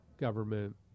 government